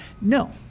no